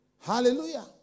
Hallelujah